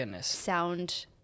sound –